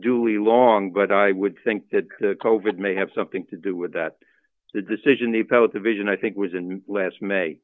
duly long but i would think that covert may have something to do with that the decision the appellate division i think was in last may